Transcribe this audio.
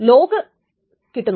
ലോക് കിട്ടുന്നു